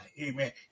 Amen